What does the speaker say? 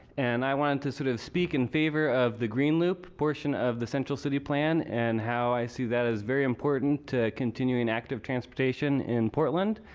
and i wanted to sort of speak in favor of the green loop portion of the central city plan and how i see that as very important to continuing active transportation in portland.